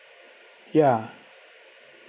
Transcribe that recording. ya